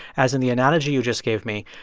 as in the analogy you just gave me,